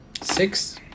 Six